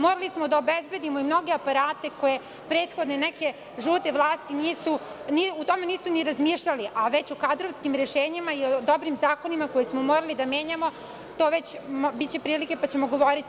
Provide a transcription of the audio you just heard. Mogli smo da obezbedimo i mnoge aparate koje prethodne neke „žute vlasti“ o tome nisu ni razmišljale, a o kadrovskim rešenjima i o dobrim zakonima koje smo morali da menjamo, to već će biti prilike i o tome ćemo govoriti.